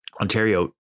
Ontario